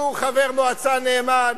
שהוא חבר מועצה נאמן,